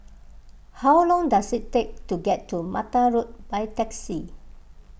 how long does it take to get to Mattar Road by taxi